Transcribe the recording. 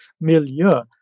milieu